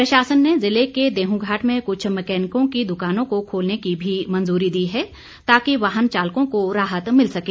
प्रशासन ने जिले के देहंघाट में कृछ मैकेनिकों की द्वकानों को खोलने की भी मंजूरी दी है ताकि वाहन चालकों को राहत मिल सके